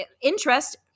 interest